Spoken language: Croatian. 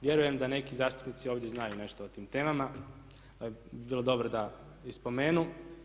Vjerujem da neki zastupnici ovdje znaju nešto o tim temama pa bi bilo dobro da i spomenu.